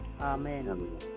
Amen